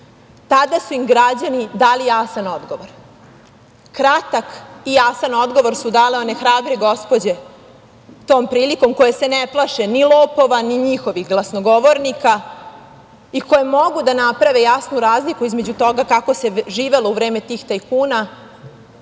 Tada su im građani dali jasan odgovor, kratak i jasan odgovor su dale one hrabre gospođe tom prilikom, koje se ne plaše ni lopova, ni njihovih glasnogovornika i koje mogu da naprave jasnu razliku između toga kako se živelo u vreme tih tajkuna